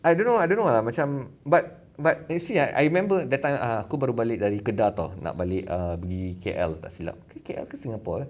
I don't know I don't know lah macam but but you see ah I I remember that time ah aku baru balik dari kedah [tau] nak balik err pergi K_L tak silap K_L ke singapore uh